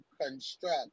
construct